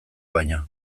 baino